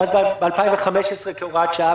ואז ב-2015 כהוראת שעה.